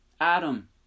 Adam